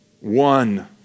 One